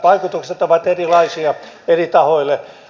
vaikutukset ovat erilaisia eri tahoille